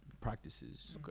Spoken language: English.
practices